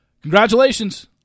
Congratulations